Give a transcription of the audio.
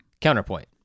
Counterpoint